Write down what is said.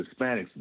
Hispanics